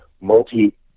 multi